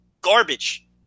garbage